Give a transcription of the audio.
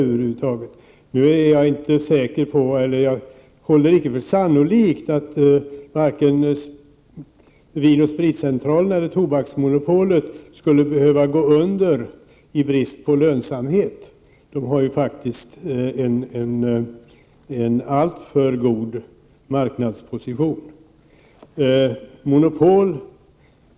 Men jag håller icke för sannolikt att vare sig Vin & Spritcentralen eller Tobaksmonopolet skulle gå under i brist på lönsamhet om man upphörde med exporten. De har ju faktiskt en alltför god marknadsposition.